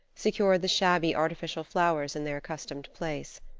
secured the shabby artificial flowers in their accustomed place.